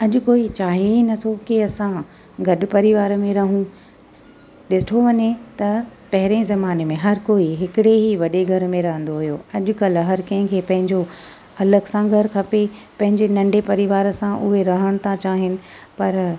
अॼु कोई चाहे ई नथो की असां गॾु परिवार में रहू ॾिठो वञे त पहिरें ज़माने में हर कोई हिकिड़े ई वॾे घरु में रहंदो हुयो अॼुकल्ह हर कंहिंखे पंहिंजो अलॻि सां घरु खपे पंहिंजे नंढे परिवार सां उहे रहण त चाहें पर